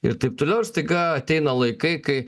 ir taip toliau ir staiga ateina laikai kai